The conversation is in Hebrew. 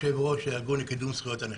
יושב-ראש ארגון לקידום זכויות הנכים.